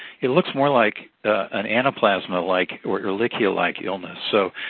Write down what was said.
it looks more like an anaplasma-like, or ehrlichia-like illness. so,